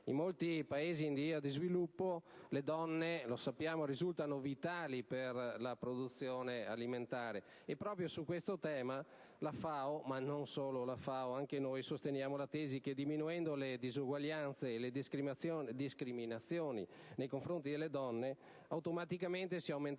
In molti Paesi in via di sviluppo le donne - lo sappiamo - risultano vitali per la produzione alimentare. Su questo tema, sia la FAO sia noi sosteniamo la tesi che, diminuendo le disuguaglianze e le discriminazioni nei confronti delle donne, automaticamente aumenterà la forza